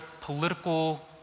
political